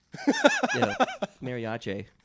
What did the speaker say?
Mariachi